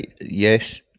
yes